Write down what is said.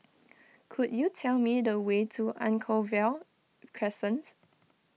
could you tell me the way to Anchorvale Crescent